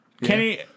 Kenny